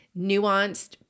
nuanced